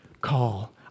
call